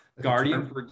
Guardian